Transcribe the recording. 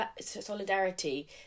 solidarity